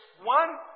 one